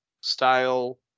style